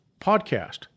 podcast